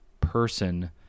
person